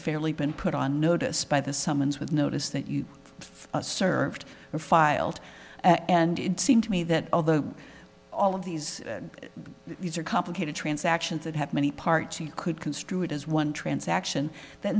fairly been put on notice by the summons with notice that you served or filed and it seemed to me that although all of these these are complicated transactions that have many parts you could construe it as one transaction that